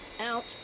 out